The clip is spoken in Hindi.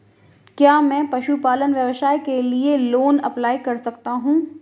क्या मैं पशुपालन व्यवसाय के लिए लोंन अप्लाई कर सकता हूं?